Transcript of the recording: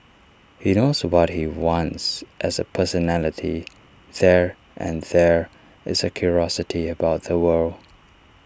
he knows what he wants as A personality there and there is A curiosity about the world